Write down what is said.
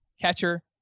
catcher